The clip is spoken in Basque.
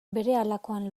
berehalakoan